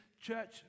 church